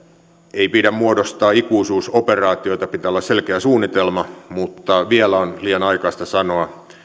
ei pidä muodostaa ikuisuusoperaatioita pitää olla selkeä suunnitelma mutta vielä on liian aikaista sanoa